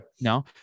No